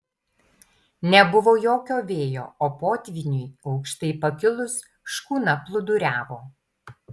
nebuvo jokio vėjo o potvyniui aukštai pakilus škuna plūduriavo